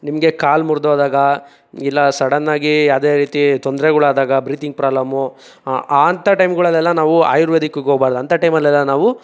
ನಿಮಗೆ ಕಾಲು ಮುರಿದೋದಾಗ ಇಲ್ಲ ಸಡನ್ನಾಗಿ ಯಾವುದೇ ರೀತಿ ತೊಂದರೆಗಳಾದಾಗ ಬ್ರೀತಿಂಗ್ ಪ್ರಾಬ್ಲಮ್ಮು ಹಾಂ ಆಂತ ಟೈಮ್ಗಳಲ್ಲೆಲ್ಲ ನಾವು ಆಯುರ್ವೇದಿಕ್ಕಿಗೋಗ್ಬಾರ್ದು ಅಂತ ಟೈಮಲ್ಲೆಲ್ಲ ನಾವು